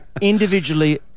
individually